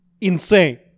insane